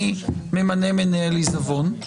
ממנה מנהל עיזבון,